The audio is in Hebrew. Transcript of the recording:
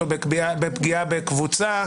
או פגיעה בקבוצה,